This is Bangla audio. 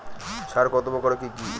সার কত প্রকার ও কি কি?